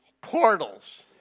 portals